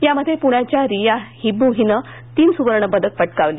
यामध्ये पुण्याच्या रिया हब्बु हिनं तीन सुवर्ण पदकं पटकावली